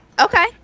okay